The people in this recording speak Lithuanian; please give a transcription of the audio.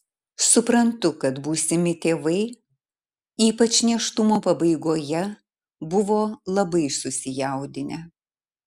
suprantu kad būsimi tėvai ypač nėštumo pabaigoje buvo labai susijaudinę